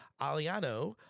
Aliano